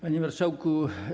Panie Marszałku!